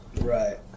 Right